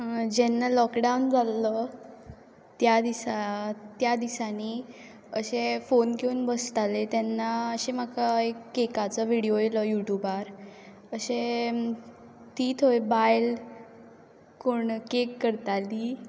जेन्ना लॉकडाउन जाल्लो त्या दिसा त्या दिसांनी अशें फोन घेवून बसतालें तेन्ना अशें म्हाका एक कॅकाचो व्हिडियो येलो यू ट्युबार अशें ती थंय बायल कोण कॅक करताली